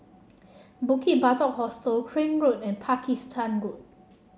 Bukit Batok Hostel Crane Road and Pakistan Road